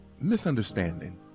misunderstanding